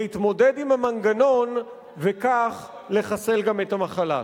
להתמודד עם המנגנון וכך לחסל גם את המחלה.